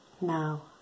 now